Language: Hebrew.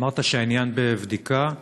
אמרת שהעניין בבדיקה,